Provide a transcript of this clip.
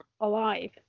alive